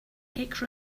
make